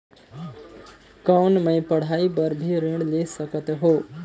कौन मै पढ़ाई बर भी ऋण ले सकत हो?